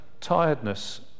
tiredness